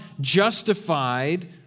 justified